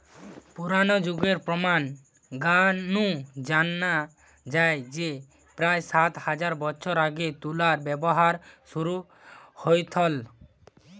পুরনা যুগের প্রমান গা নু জানা যায় যে প্রায় সাত হাজার বছর আগে তুলার ব্যবহার শুরু হইথল